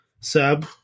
sub